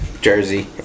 jersey